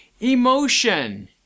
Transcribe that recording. Emotion